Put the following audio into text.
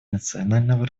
национального